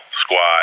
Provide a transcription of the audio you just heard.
squad